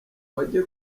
bajye